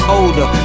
older